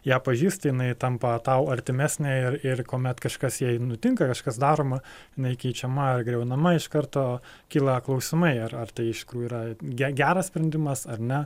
ją pažįsti jinai tampa tau artimesnė ir ir kuomet kažkas jai nutinka kažkas daroma jinai keičiama ar griaunama iš karto kyla klausimai ar ar tai iš tikrųjų yra ge geras sprendimas ar ne